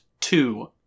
two